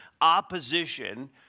opposition